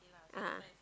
ah